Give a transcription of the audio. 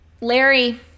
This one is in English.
Larry